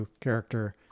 character